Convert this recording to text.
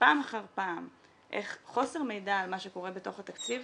פעם אחר פעם איך חוסר מידע על מה שקורה בתוך התקציב